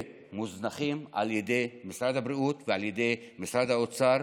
ומוזנחים על ידי משרד הבריאות ועל ידי משרד האוצר.